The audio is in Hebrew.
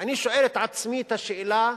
ואני שואל את עצמי את השאלה: